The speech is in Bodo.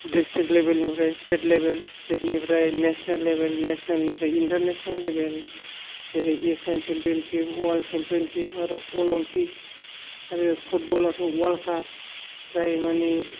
द्रिस्टिक लेबेलनिफ्राय स्टेत लेबेल स्टेतनिफ्राय नेसनेल लेबेल नेसनेलनिफ्राय इन्टारनेसनेल लेबेल जेरै एसियान चेम्पिय'नसिप आरो उवार्ल्द चेम्पिय'नसिप आरो अलिम्पिक आरो फुटबलावथ' उवार्ल्द काप जायमानि